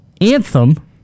Anthem